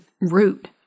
root